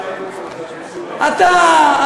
אתה,